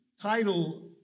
title